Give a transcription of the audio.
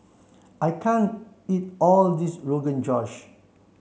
I can't eat all of this Rogan Josh